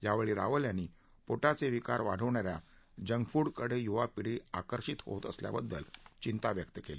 यावेळी रावल यांनी पोटाचे विकार वाढवणा या जंकफूड कडे युवापिढी आकर्षित होत असल्याबद्दल चिंता व्यक्त केली